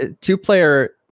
two-player